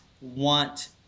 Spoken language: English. want